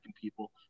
people